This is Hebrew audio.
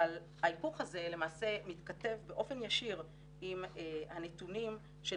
אבל ההיפוך הזה למעשה מתכתב באופן ישיר עם הנתונים של